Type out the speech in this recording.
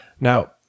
Now